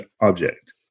object